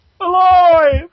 Alive